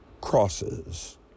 crosses